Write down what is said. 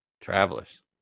Travelers